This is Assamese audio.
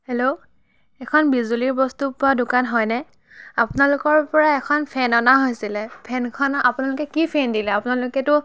হেল্ল' এখন বিজুলীৰ বস্তু পোৱা দোকান হয়নে আপোনালোকৰ পৰা এখন ফেন অনা হৈছিল ফেনখন আপোনালোকে কি ফেন দিলে আপোনালোকেতো